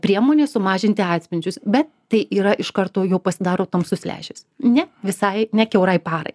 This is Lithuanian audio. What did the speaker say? priemonė sumažinti atspindžius bet tai yra iš karto jau pasidaro tamsus lęšis ne visai ne kiaurai parai